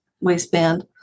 waistband